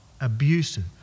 abusive